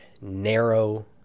narrow